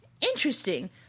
Interesting